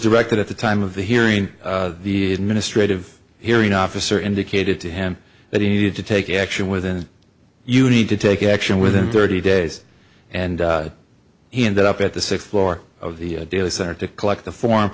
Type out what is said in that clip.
directed at the time of the hearing the administrative hearing officer indicated to him that he needed to take action within you need to take action within thirty days and he ended up at the sixth floor of the daily star to collect the form